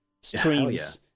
streams